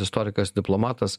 istorikas diplomatas